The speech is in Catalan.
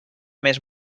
més